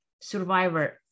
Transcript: survivor